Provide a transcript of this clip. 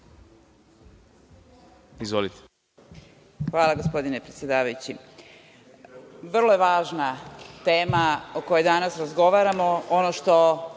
Vučković** Hvala, gospodine predsedavajući. Vrlo je važna tema o kojoj danas razgovaramo. Ono što